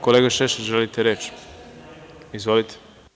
Kolega Šešelj, želite reč? (Da) Izvolite.